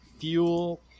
fuel